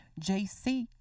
JC